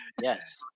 Yes